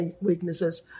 weaknesses